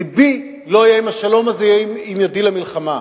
לבי לא יהיה עם השלום הזה, יהיה עם ידי למלחמה.